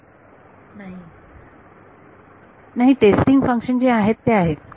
विद्यार्थी नाही नाही टेस्टिंग फंक्शन जे आहेत ते आहेत